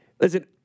listen